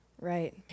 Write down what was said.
Right